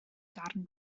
darn